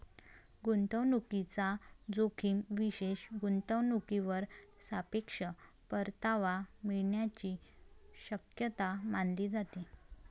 गुंतवणूकीचा जोखीम विशेष गुंतवणूकीवर सापेक्ष परतावा मिळण्याची शक्यता मानली जाते